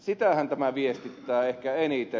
sitähän tämä viestittää ehkä eniten